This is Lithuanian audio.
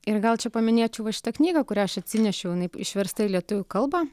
ir gal čia paminėčiau va šitą knygą kurią aš atsinešiau jinai išversta į lietuvių kalbą